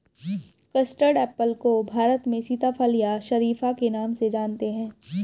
custard apple को भारत में सीताफल या शरीफा के नाम से जानते हैं